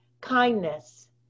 Kindness